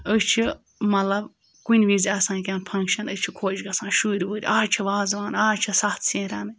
أسۍ چھِ مطلب کُنہِ وِز آسان کینٛہہ فنٛگشَن أسۍ چھِ خۄش گژھان شُرۍ وُرۍ اَز چھُ وازوان اَز چھِ سَتھ سِنۍ رَنٕنۍ